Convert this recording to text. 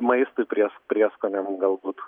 maistui pries prieskoniam galbūt